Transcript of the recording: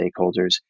stakeholders